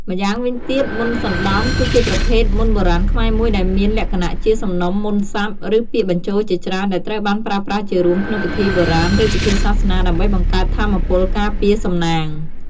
ម្យ៉ាងវិញទៀតមន្តសណ្ដំ គឺជាប្រភេទមន្តបុរាណខ្មែរមួយ ដែលមានលក្ខណៈជាសំណុំមន្តសព្ទ ឬពាក្យបញ្ចូលជាច្រើនដែលត្រូវបានប្រើប្រាស់ជារួមក្នុងពិធីបុរាណ ឬពិធីសាសនា ដើម្បីបង្កើតថាមពលការពារ សំណាង។